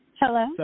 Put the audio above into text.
Hello